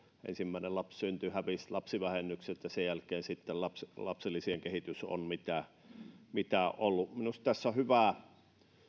ensimmäinen lapsi kun syntyi hävisi lapsivähennykset ja sen jälkeen sitten lapsilisien kehitys on ollut mitä on ollut minusta tässä on ollut hyvää